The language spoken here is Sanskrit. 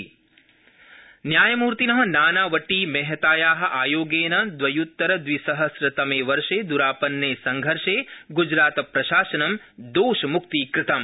गजरातनानावटी आयोग न्यायमूर्तिन नानावटीमेहताया आयोगेन द्वयत्तरद्विसहस्रतमे वर्षे द्वरापन्ने संघर्षे गुजरातप्रशासनं दोषमुक्तीकृतम्